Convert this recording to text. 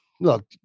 Look